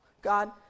God